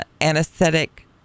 anesthetic